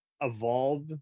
evolve